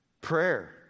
Prayer